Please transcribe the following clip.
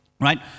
Right